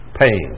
pain